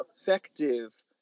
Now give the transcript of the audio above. effective